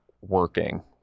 working